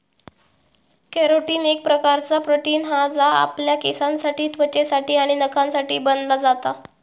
carotene एक प्रकारचा protein हा जा आपल्या केसांसाठी त्वचेसाठी आणि नखांसाठी बनला जाता